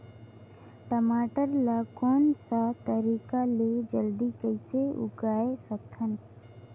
टमाटर ला कोन सा तरीका ले जल्दी कइसे उगाय सकथन?